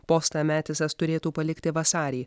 postą metisas turėtų palikti vasarį